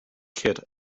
kid